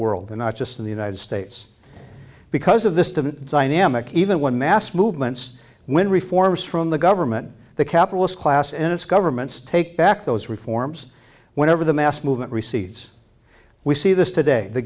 world and not just in the united states because of the dynamic even when mass movements when reforms from the government the capitalist class and its governments take back those reforms whenever the mass movement recedes we see this today the